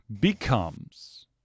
becomes